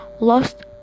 lost